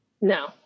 No